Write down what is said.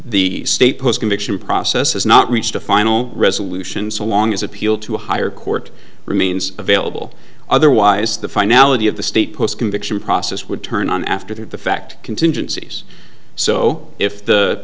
the state post conviction process has not reached a final resolution so long as appeal to a higher court remains available otherwise the finality of the state post conviction process would turn on after the fact contingencies so if the